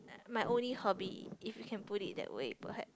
my only hobby if you can put it that way perhaps